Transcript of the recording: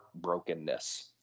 heartbrokenness